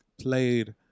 played